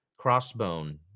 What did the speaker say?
crossbone